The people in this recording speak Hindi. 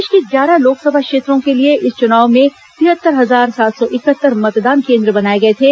प्रदेश की ग्यारह लोकसभा क्षेत्रों के लिए इस चुनाव में तिहत्तर हजार सात सौ इकहत्तर मतदान केन्द्र बनाए गए थे